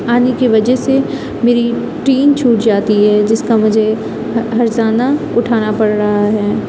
آنے کی وجہ سے میری ٹرین چھوٹ جاتی ہے جس کا مجھے ہرجانہ اٹھانا پڑ رہا ہے